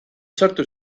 sartu